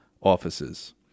offices